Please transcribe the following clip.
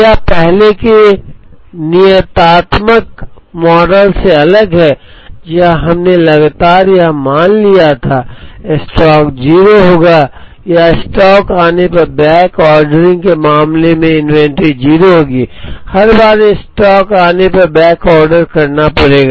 यह पहले के नियतात्मक मॉडल से अलग है जहां हमने लगातार यह मान लिया था कि स्टॉक 0 होगा या स्टॉक आने पर या बैकऑर्डरिंग के मामले में इन्वेंट्री 0 होगी हर बार स्टॉक आने पर बैकऑर्डर करना होगा